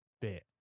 bit